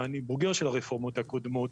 ואני בוגר של הרפורמות הקודמות,